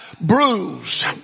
bruise